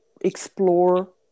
explore